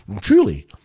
Truly